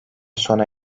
sona